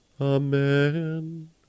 Amen